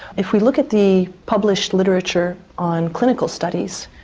if we look at the published literature on clinical studies,